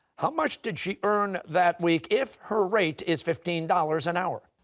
how much did she earn that week if her rate is fifteen dollars an hour?